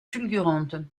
fulgurante